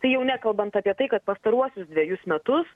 tai jau nekalbant apie tai kad pastaruosius dvejus metus